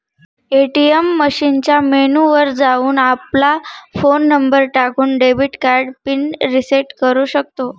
ATM मशीनच्या menu वर जाऊन, आपला फोन नंबर टाकून, डेबिट कार्ड पिन रिसेट करू शकतो